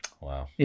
Wow